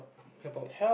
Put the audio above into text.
help out